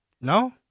No